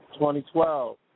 2012